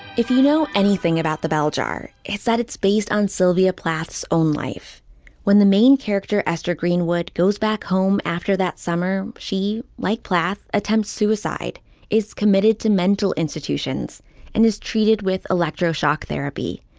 if you know anything about the bell jar it's that it's based on sylvia plath s own life when the main character esther greenwood goes back home after that summer. she like plath attempt suicide is committed to mental institutions and is treated with electroshock therapy.